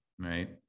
right